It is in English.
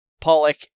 Pollock